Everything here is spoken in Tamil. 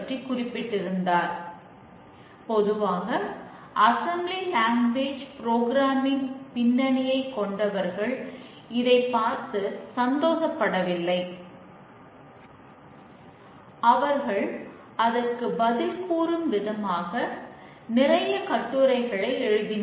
இந்த வரைபடத்தில் இருந்து உருவாக்க பகுதியில் என்ன உள்ளன என்பதை நம்மால் பார்க்க முடிகிறது